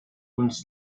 uns